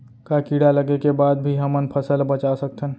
का कीड़ा लगे के बाद भी हमन फसल ल बचा सकथन?